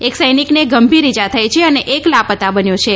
એક સૈનિકને ગંભીર ઇજા થઇ છે અને એક લાપતા બન્યો છે